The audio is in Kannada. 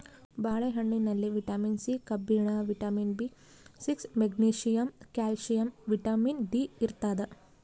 ಬಾಳೆ ಹಣ್ಣಿನಲ್ಲಿ ವಿಟಮಿನ್ ಸಿ ಕಬ್ಬಿಣ vitamin B six magnesium calcium vitamin D ಇರ್ತಾದ